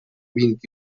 vint